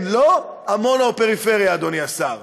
כן, לא, עמונה או פריפריה, אדוני השר?